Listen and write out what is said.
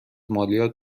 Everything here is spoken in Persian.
مالیات